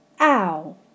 ow